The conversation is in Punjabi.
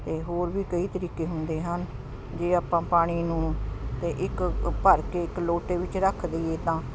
ਅਤੇ ਹੋਰ ਵੀ ਕਈ ਤਰੀਕੇ ਹੁੰਦੇ ਹਨ ਜੇ ਆਪਾਂ ਪਾਣੀ ਨੂੰ ਅਤੇ ਇੱਕ ਭਰ ਕੇ ਇੱਕ ਲੋਟੇ ਵਿੱਚ ਰੱਖ ਦੇਈਏ ਤਾਂ